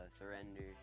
surrender